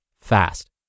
fast